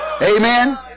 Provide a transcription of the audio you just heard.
Amen